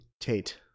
Tate